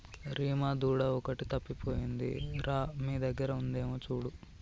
రీమా దూడ ఒకటి తప్పిపోయింది రా మీ దగ్గర ఉందేమో చూడు